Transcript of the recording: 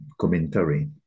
Commentary